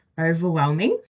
overwhelming